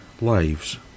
lives